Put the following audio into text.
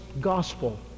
gospel